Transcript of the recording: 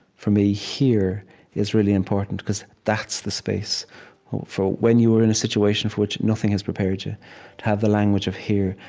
for me, here is really important, because that's the space for when you are in a situation for which nothing has prepared you, to have the language of here,